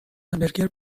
همبرگر